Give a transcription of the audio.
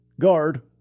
guard